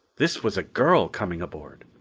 this was a girl coming aboard.